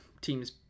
teams